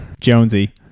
Jonesy